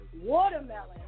watermelon